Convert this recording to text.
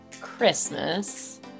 Christmas